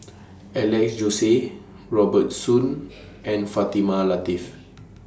Alex Josey Robert Soon and Fatimah Lateef